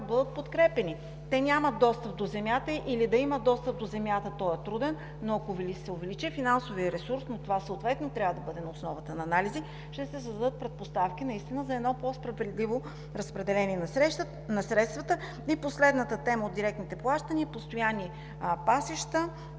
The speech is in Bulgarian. бъдат подкрепяни. Те нямат достъп до земята или дори да имат достъп до земята, той е труден. Ако се увеличи финансовият ресурс, но това съответно трябва да бъде на основата на анализи, ще се създадат предпоставки наистина за едно по-справедливо разпределение на средствата. И последната тема от директните плащания – постоянни пасища.